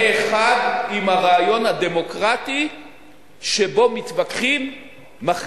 בקנה אחד עם הרעיון הדמוקרטי שבו מתווכחים,